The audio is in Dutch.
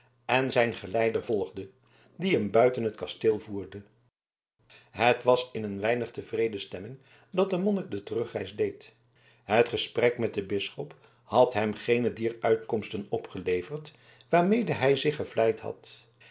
en zijn geleider volgde die hem buiten het kasteel voerde het was in een weinig tevreden stemming dat de monnik de terugreis deed het gesprek met den bisschop had hem geene dier uitkomsten opgeleverd waarmede hij zich gevleid had